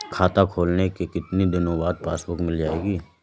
खाता खोलने के कितनी दिनो बाद पासबुक मिल जाएगी?